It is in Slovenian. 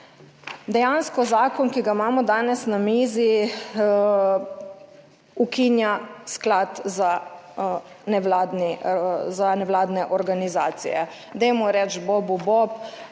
Dejansko zakon, ki ga imamo danes na mizi ukinja sklad za nevladne organizacije.